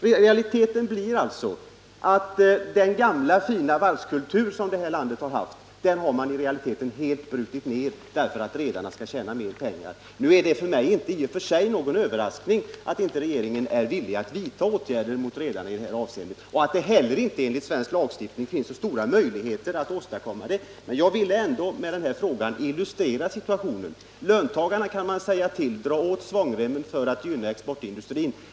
Resultatet blir att man för att redarna skall tjäna mera pengar helt bryter ned den gamla fina varvskultur som vårt land har haft. Det är i och för sig inte någon överraskning för mig att regeringen inte är villig att vidta några åtgärder mot redarna i detta avseende och inte heller att det inte finns så stora möjligheter att göra det enligt svensk lagstiftning. Men jag vill ändå med denna fråga illustrera situationen. Till lönarbetarna kan man säga: Dra åt svångremmen för att gynna exportindustrin!